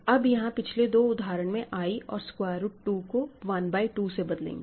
अब यहां पिछले दो उदाहरण में i और स्क्वायर रूट 2 को 1 बाय 2 से बदलेंगे